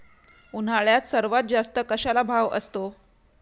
उन्हाळ्यात सर्वात जास्त कशाला भाव असतो?